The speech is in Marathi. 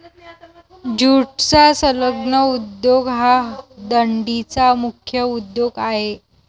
ज्यूटचा संलग्न उद्योग हा डंडीचा मुख्य उद्योग आहे